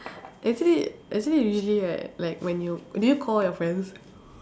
actually actually usually right like when you do you call your friends